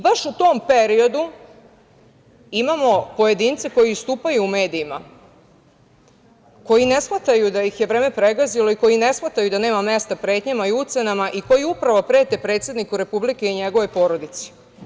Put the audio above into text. Baš u tom periodu imamo pojedince koji istupaju u medijima, koji ne shvataju da ih je vreme pregazilo i koji ne shvataju da nema mesta pretnjama i ucenama i koji upravo prete predsedniku Republike i njegovoj porodici.